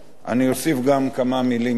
אני אוסיף גם כמה מלים משלי.